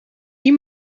die